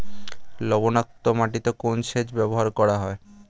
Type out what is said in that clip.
লবণাক্ত মাটিতে কোন সেচ ব্যবহার করা হয়?